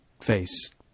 face